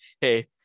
hey